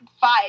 five